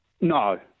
No